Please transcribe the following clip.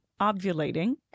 ovulating